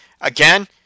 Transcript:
Again